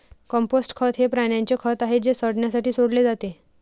compost खत हे प्राण्यांचे खत आहे जे सडण्यासाठी सोडले जाते